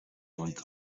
uns